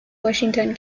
washington